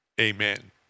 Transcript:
amen